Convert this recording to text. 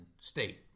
state